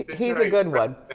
he's a good one.